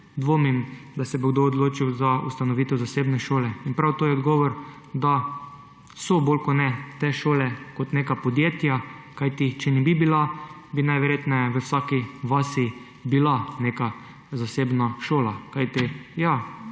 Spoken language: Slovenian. dvomim, da se bo kdo na podeželju odločil za ustanovitev zasebne šole. In prav to je odgovor, da so bolj kot ne te šole kot neka podjetja, kajti če ne bi bila, bi najverjetneje v vsaki vasi bila neka zasebna šola. Ja,